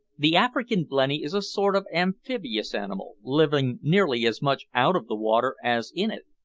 the african blenny is a sort of amphibious animal, living nearly as much out of the water as in it.